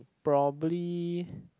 probably